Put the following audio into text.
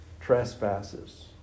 trespasses